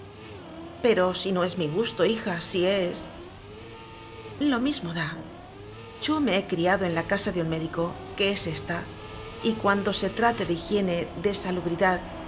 pero si no és mi gusto hija si es lo mismo da yo me he criado en la casa de un médico que es ésta y cuando se trate de higiene de salubridad